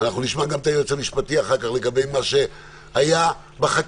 נשמע גם את היועץ המשפטי אחר כך לגבי מה שהיה בחקיקה,